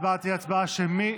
ההצבעה תהיה הצבעה שמית.